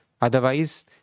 Otherwise